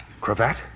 Cravat